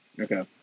Okay